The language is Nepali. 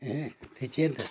अहँ थिचिएन त